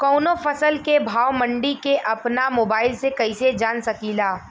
कवनो फसल के भाव मंडी के अपना मोबाइल से कइसे जान सकीला?